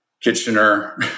Kitchener